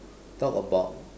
talk about